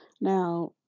now